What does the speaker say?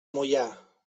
moià